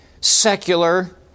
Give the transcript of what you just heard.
secular